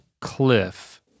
cliff